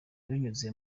binyuze